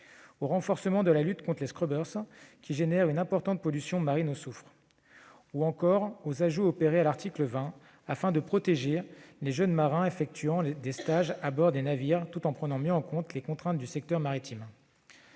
au renforcement de la lutte contre les « scrubbers », qui génèrent une importante pollution marine au soufre, ou encore aux ajouts opérés à l'article 20, afin de protéger les jeunes marins effectuant des stages à bord des navires, tout en prenant mieux en compte les contraintes du secteur maritime.